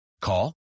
Call